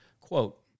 Quote